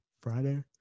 Friday